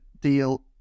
deal